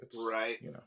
Right